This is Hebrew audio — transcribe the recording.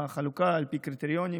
בחלוקה על פי קריטריונים,